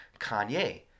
kanye